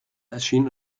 erschien